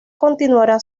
continuará